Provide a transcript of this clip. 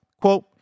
Quote